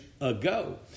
ago